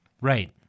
Right